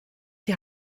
die